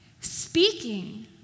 speaking